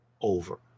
over